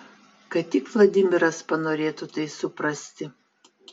kad tik vladimiras panorėtų tai suprasti